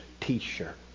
t-shirt